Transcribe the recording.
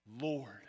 Lord